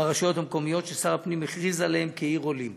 ברשויות המקומיות ששר הפנים הכריז עליהן כ"עיר עולים".